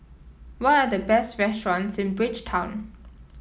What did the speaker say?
what are the best restaurants in Bridgetown